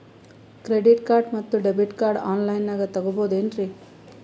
Credit card ಮತ್ತು debit card ಆನ್ ಲೈನಾಗ್ ತಗೋಬಹುದೇನ್ರಿ?